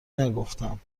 نگفتم